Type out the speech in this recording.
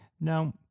Now